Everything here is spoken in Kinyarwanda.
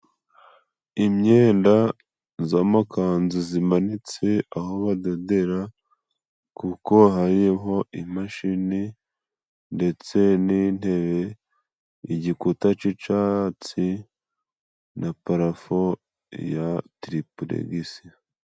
Imyenda z'amakanzu zimanitse aho badodera kuko hariho imashini ndetse n'intebe, igikuta c'icatsi na parafo ya tiripuregisi.